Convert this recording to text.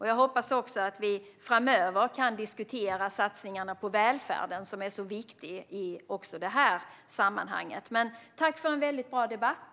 Jag hoppas också att vi framöver kan diskutera satsningarna på välfärden, som är så viktiga även i detta sammanhang. Tack för en bra debatt!